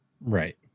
right